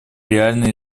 реальные